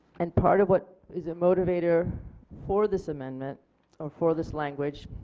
and part of what is a motivator for this amendment or for this language